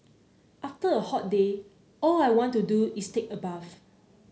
after a hot day all I want to do is take a bath